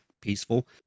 peaceful